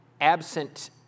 absent